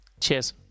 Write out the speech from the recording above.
Cheers